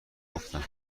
گفتم